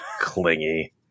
clingy